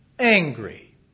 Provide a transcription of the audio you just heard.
Angry